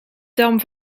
dam